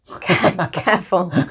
Careful